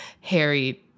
Harry